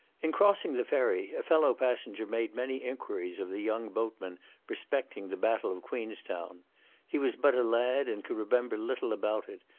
in crossing the ferry a fellow-passenger made many enquiries of the young boatman respecting the battle of queenstown he was but a lad, and could remember little about it,